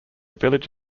village